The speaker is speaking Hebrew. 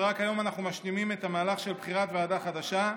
ורק היום אנחנו משלימים את המהלך של בחירת ועדה חדשה.